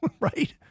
Right